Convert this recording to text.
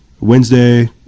Wednesday